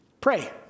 Pray